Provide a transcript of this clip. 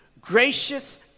gracious